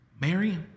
Mary